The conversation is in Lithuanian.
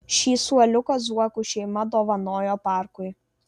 ši suoliuką zuokų šeima dovanojo parkui